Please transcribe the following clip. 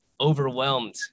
overwhelmed